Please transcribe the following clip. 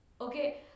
okay